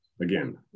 again